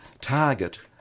target